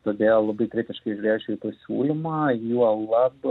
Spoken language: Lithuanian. todėl labai kritiškai žiūrėčiau į pasiūlymą juolab